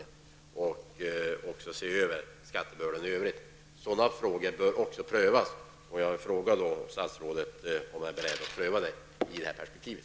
Man kan även se över skattebördan i övrigt. Är statsrådet beredd att pröva sådana frågor i det här perspektivet?